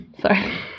Sorry